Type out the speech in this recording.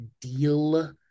deal